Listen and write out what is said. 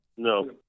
No